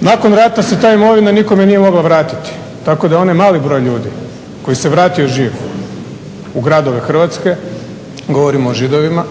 Nakon rata se ta imovina nikome nije mogla vratiti tako da je onaj mali broj ljudi koji se vratio živ u gradove Hrvatske, govorim o Židovima,